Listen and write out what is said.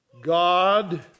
God